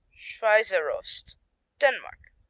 schweizerost denmark